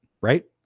right